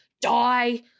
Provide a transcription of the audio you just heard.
die